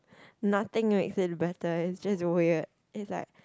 nothing makes it better it's just weird it's like